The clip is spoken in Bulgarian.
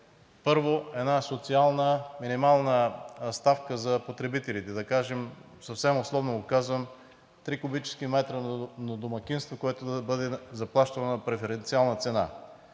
първо една социална, минимална ставка за потребителите, да кажем съвсем условно – 3 куб. м на домакинство, която да бъде заплащана на преференциална цена.